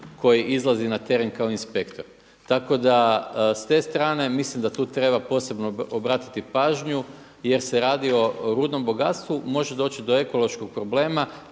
koji izlazi na teren kao inspektor. Tako da s te strane mislim da tu treba posebno obratiti pažnju jer se radi o rudnom bogatstvu, može doći do ekološkog problema,